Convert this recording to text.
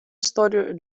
историю